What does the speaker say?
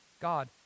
God